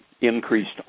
increased